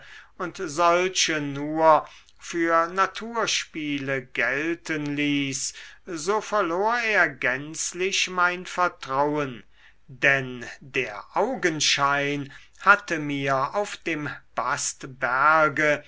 und solche nur für naturspiele gelten ließ so verlor er gänzlich mein vertrauen denn der augenschein hatte mir auf dem